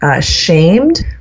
Shamed